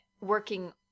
working